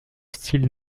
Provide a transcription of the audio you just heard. style